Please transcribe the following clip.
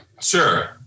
Sure